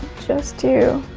just do